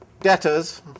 debtors